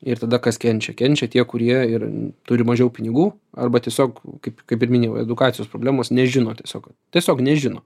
ir tada kas kenčia kenčia tie kurie ir turi mažiau pinigų arba tiesiog kaip kaip ir minėjau edukacijos problemos nežino tiesiog tiesiog nežino